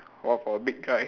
!wow! for a big guy